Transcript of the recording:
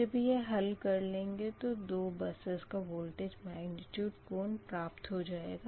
जब यह हल कर लेंगे तो दो बसस का वोल्टेज मैग्निट्यूड कोण प्राप्त हो जाएगा